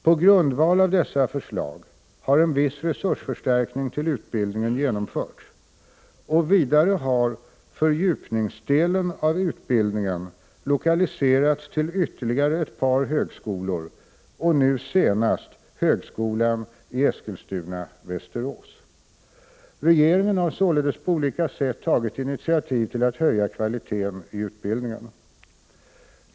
På grundval av dessa förslag har en viss resursförstärkning till utbildningen genomförts, och vidare har fördjupningsdelen av utbildningen lokaliserats till ytterligare ett par högskolor och nu senast högskolan i Eskilstuna— Västerås. Regeringen har således på olika sätt tagit initiativ till att höja kvaliteten i utbildningen.